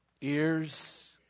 Ears